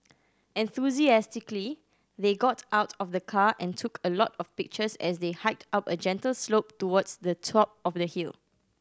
enthusiastically they got out of the car and took a lot of pictures as they hiked up a gentle slope towards the top of the hill